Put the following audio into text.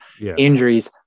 Injuries